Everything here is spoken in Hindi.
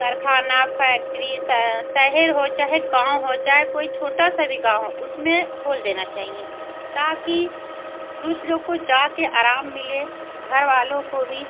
कारख़ाना फैक्ट्री शहर हो चाहे गाँव हो चाहे कोई छोटा सा भी गाँव हो उसमें खोल देना चाहिए ताकि पुरुष लोग को जाकर आराम मिले घर वालों को भी